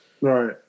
Right